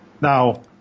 Now